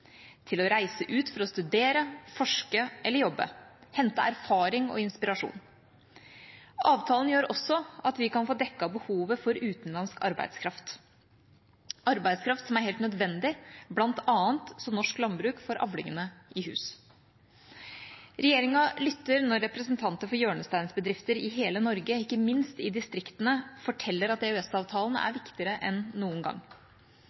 til å reise ut for å studere, forske eller jobbe, hente erfaring og inspirasjon. Avtalen gjør også at vi kan få dekket behovet for utenlandsk arbeidskraft, arbeidskraft som er helt nødvendig, bl.a. så norsk landbruk får avlingene i hus. Regjeringa lytter når representanter for hjørnesteinsbedrifter i hele Norge, ikke minst i distriktene, forteller at EØS-avtalen er viktigere enn noen gang.